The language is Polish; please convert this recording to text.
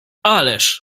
ależ